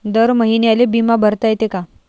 दर महिन्याले बिमा भरता येते का?